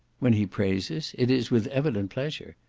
when he praises, it is with evident pleasure,